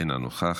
אינה נוכחת.